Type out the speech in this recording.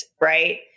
right